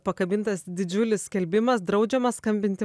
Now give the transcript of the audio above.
pakabintas didžiulis skelbimas draudžiama skambinti